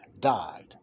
Died